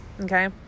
okay